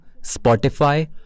Spotify